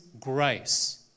grace